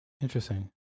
Interesting